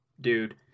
dude